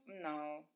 No